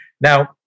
Now